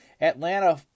Atlanta